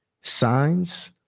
signs